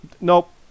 Nope